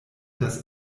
das